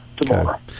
tomorrow